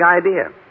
idea